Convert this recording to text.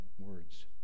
words